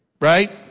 right